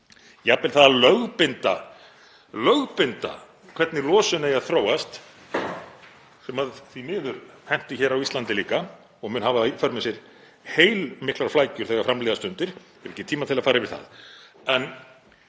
það að lögbinda hvernig losun eigi að þróast sem því miður henti hér á Íslandi líka og mun hafa í för með sér heilmiklar flækjur þegar fram líða stundir. Ég hef ekki tíma til að fara yfir það.